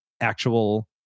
actual